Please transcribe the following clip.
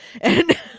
and-